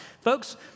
Folks